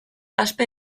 aspe